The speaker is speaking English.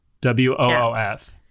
W-O-O-F